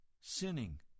sinning